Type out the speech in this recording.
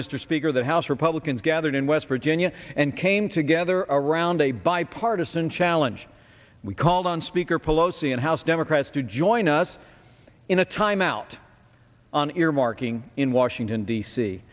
mr speaker that house republicans gathered in west virginia and came together around a bipartisan challenge we called on speaker pelosi and house democrats to join us in a time out on earmarking in washington d